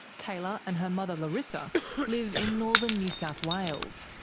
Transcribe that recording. taylor and her mother larissa live in northern new south wales,